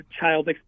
child